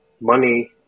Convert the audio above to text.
money